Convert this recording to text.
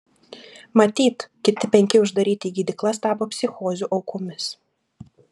matyt kiti penki uždaryti į gydyklas tapo psichozių aukomis